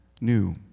new